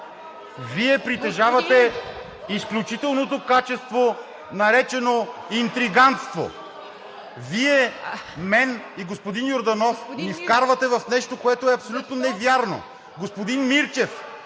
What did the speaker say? Вие, притежавате изключителното качество, наречено интригантство. Вие, мен и господин Йорданов ни вкарвате в нещо, което е абсолютно невярно. Господин Мирчев,